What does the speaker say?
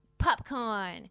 Popcorn